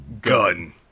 gun